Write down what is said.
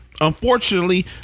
unfortunately